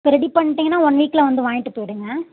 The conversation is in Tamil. இப்போ ரெடி பண்ணிட்டீங்கன்னா ஒன் வீக்கில் வந்து வாங்கிட்டு போயிடுங்க